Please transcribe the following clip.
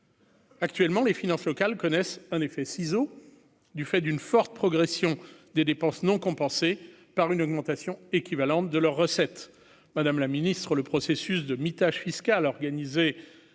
Actuellement, les finances locales connaissent un effet ciseau du fait d'une forte progression des dépenses non compensées par une augmentation équivalente de leurs recettes, Madame la Ministre, le processus de mitage fiscal organisé